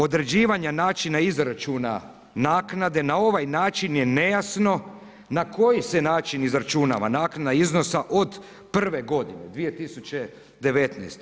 Određivanje načina izračuna naknade na ovaj način je nejasno na koji se način izračunava naknada iznosa od prve godine – 2019.